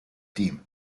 team